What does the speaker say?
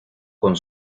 con